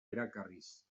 erakarriz